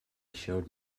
showed